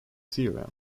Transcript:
theorem